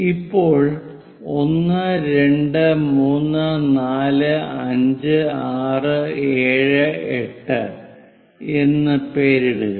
ഇപ്പോൾ 1 2 3 4 5 6 7 8 എന്ന് പേരിടുക